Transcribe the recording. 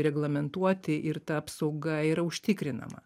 reglamentuoti ir ta apsauga yra užtikrinama